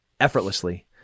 effortlessly